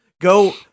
Go